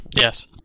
Yes